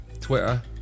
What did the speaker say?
Twitter